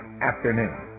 afternoon